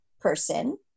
person